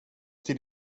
till